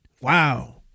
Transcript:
Wow